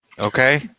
Okay